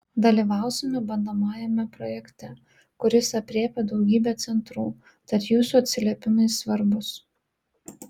dalyvausime bandomajame projekte kuris aprėpia daugybę centrų tad jūsų atsiliepimai svarbūs